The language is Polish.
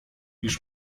już